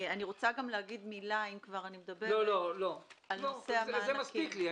אני רוצה לומר מילה בנושא המענקים.